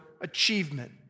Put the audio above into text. achievement